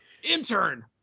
Intern